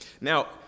Now